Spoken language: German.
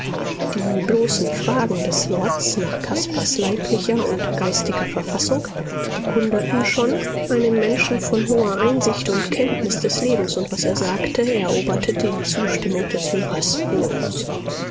die bloßen fragen des lords nach caspars leiblicher und geistiger verfassung bekundeten schon einen menschen von hoher einsicht und kenntnis des lebens und was er sagte eroberte die zustimmung des hörers mühelos